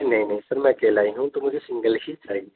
نہیں نہیں سر میں اکیلا ہی ہوں تو مجھے سنگل ہی چاہیے